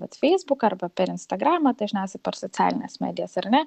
vat feisbuką arba per instagramą dažniausiai per socialines medijas ar ne